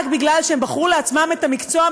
רק מפני שהם בחרו לעצמם את המקצוע,